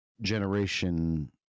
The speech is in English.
generation